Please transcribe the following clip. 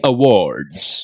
Awards